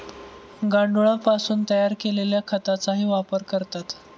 गांडुळापासून तयार केलेल्या खताचाही वापर करतात